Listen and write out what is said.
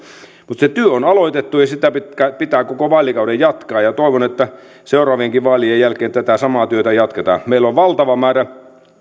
mutta se työ on aloitettu ja sitä pitää pitää koko vaalikauden jatkaa ja toivon että seuraavienkin vaalien jälkeen tätä samaa työtä jatketaan meillä on valtava määrä